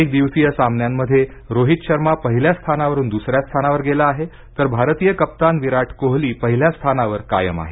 एक दिवसीय सामन्यांमध्ये रोहित शर्मा पहिल्या स्थानावरून दुसऱ्या स्थानावर गेला आहे तर भारतीय कप्तान विराट कोहली पहिल्या स्थानावर कायम आहे